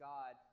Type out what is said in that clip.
God